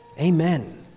Amen